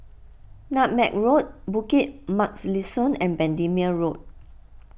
Nutmeg Road Bukit Mugliston and Bendemeer Road